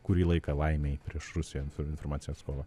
kurį laiką laimei prieš rusiją su informacija kova